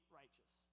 righteous